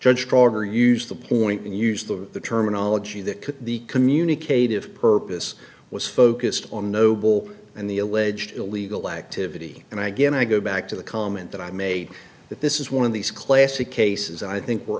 judged order used the point and used the terminology that could the communicated of purpose was focused on noble and the alleged illegal activity and i again i go back to the comment that i made that this is one of these classic cases i think we're